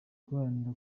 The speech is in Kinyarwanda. guharanira